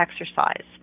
exercise